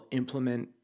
implement